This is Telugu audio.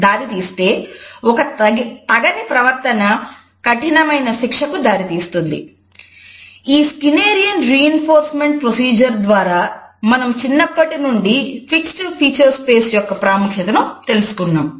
దీనికొరకు హాల్ యొక్క ప్రాముఖ్యతను తెలుసుకున్నాము